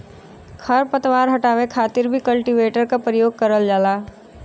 खर पतवार हटावे खातिर भी कल्टीवेटर क परियोग करल जाला